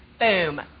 boom